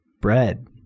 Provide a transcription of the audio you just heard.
bread